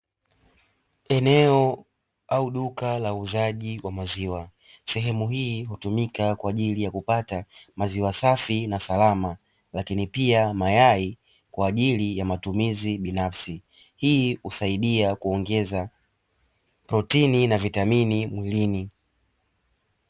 Eneo au duka la uuzaji wa maziwa, sehemu hii hutumika kwa ajili ya kupata maziwa safi na salama, lakini pia mayai kwa ajili ya matumizi binafsi hii husaidia kuongeza protini na vitamini mwilini.